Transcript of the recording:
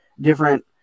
different